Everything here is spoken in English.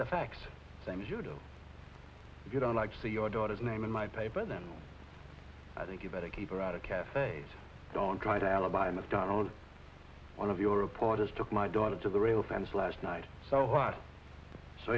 the facts same as you do if you don't like to see your daughter's name in my paper then i think you better keep her out of cafs don't try to alibi macdonald one of your reporters took my daughter to the rail fence last night so hot so